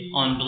on